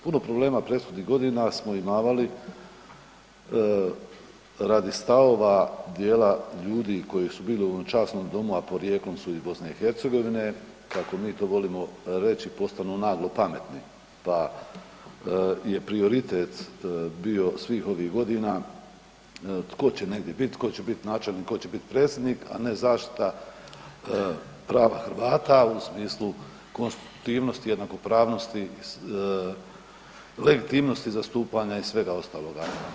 Puno problema prethodnih godina smo imali radi stavova dijela ljudi koji su bili u ovom časnom Domu, a porijeklom su iz BiH, kako mi to volimo reći, postanu naglo pametni pa je prioritet bio svih ovih godina tko će negdje biti, tko će biti načelnik, tko će biti predsjednik a ne zaštita prava Hrvata u smislu konstitutivnosti, jednakopravnosti, legitimnosti zastupanja i svega ostaloga.